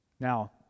Now